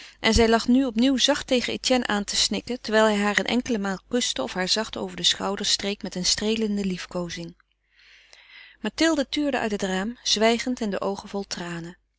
en zij lag nu opnieuw zacht tegen etienne aan te snikken terwijl hij haar een enkele maal kuste of haar zacht over den schouder streek met een streelende liefkozing mathilde tuurde uit het raam zwijgend en de oogen vol tranen